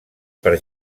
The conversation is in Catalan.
per